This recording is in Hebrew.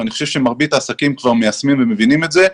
ואני חושבת שמרבית העסקים כבר מיישמים ומבינים את זה,